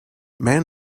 man